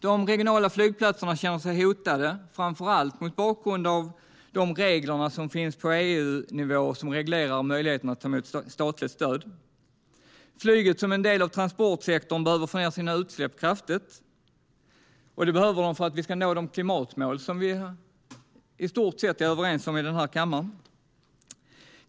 De regionala flygplatserna känner sig hotade, framför allt mot bakgrund av de regler som finns på EU-nivå och som reglerar möjligheten att ta emot statligt stöd. Flyget som en del av transportsektorn behöver få ned sina utsläpp kraftigt för att vi ska nå de klimatmål som vi i stort sett är överens om i denna kammare.